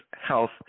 Health